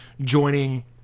joining